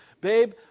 babe